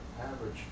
average